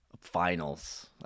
finals